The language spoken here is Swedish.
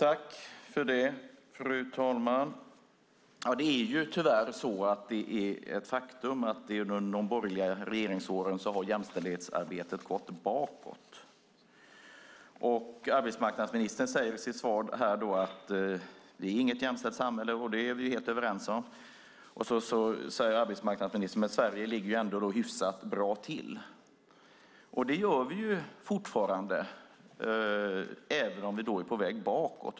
Fru talman! Faktum är att jämställdhetsarbetet under de borgerliga regeringsåren tyvärr gått bakåt. Arbetsmarknadsministern säger i sitt svar att det inte är ett jämställt samhälle, och det är vi helt överens om. Så säger arbetsmarknadsministern att Sverige ändå ligger hyfsat bra till. Det gör vi fortfarande även om vi är på väg bakåt.